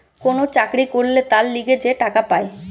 কোন চাকরি করলে তার লিগে যে টাকা পায়